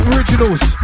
Originals